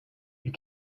you